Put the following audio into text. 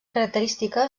característica